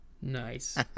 Nice